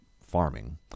farming